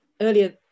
earlier